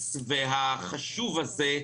האמיץ והחשוב הזה,